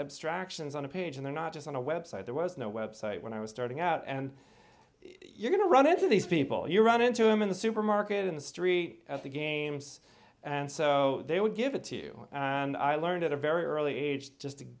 abstractions on a page and they're not just on a website there was no website when i was starting out and you're going to run into these people you run into in the supermarket in the street at the games and so they would give it to you and i learned at a very early age just to